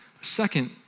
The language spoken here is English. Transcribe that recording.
Second